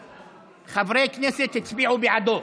חברי הכנסת הצביעו בעדו.